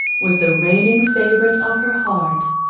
was the reigning favourite of her heart.